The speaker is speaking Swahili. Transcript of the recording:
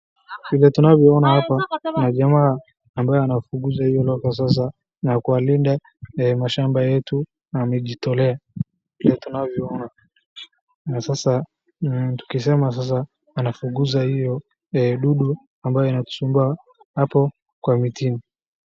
Vile tunavyoona hapa kuna jamaa ambaye anafukuza hiyo locusts na kuyalinda mashamba yetu na amejitolea, vile tunavyoona. Na sasa, tukisema sasa anafukuza hiyo dudu ambayo inatusumbua hapo kwa mitini.